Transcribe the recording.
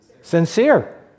sincere